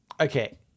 Okay